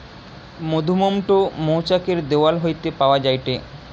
মধুমোম টো মৌচাক এর দেওয়াল হইতে পাওয়া যায়টে